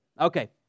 Okay